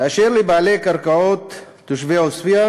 באשר לבעלי קרקעות תושבי עוספיא,